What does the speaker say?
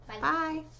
Bye